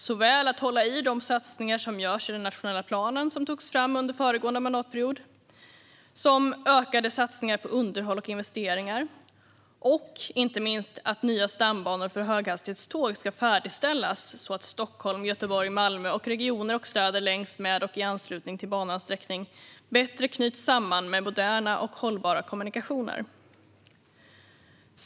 Det handlar om att hålla i de satsningar som görs i den nationella planen, som togs fram under föregående mandatperiod. Det handlar om ökade satsningar på underhåll och investeringar och, inte minst, om att nya stambanor för höghastighetståg ska färdigställas så att Stockholm, Göteborg, Malmö och regioner och städer längs med och i anslutning till banans sträckning bättre knyts samman med moderna och hållbara kommunikationer.